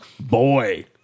Boy